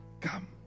come